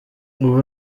ubu